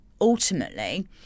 ultimately